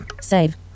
save